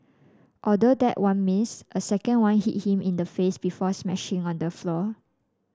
although that one missed a second one hit him in the face before smashing on the floor